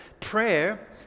prayer